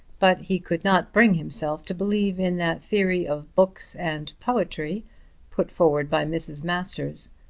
but he could not bring himself to believe in that theory of books and poetry put forward by mrs. masters.